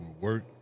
work